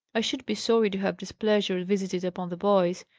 i should be sorry to have displeasure visited upon the boys,